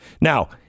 Now